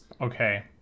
okay